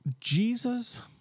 Jesus